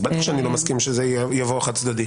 אז בטח שאני לא מסכים שזה יבוא חד-צדדי.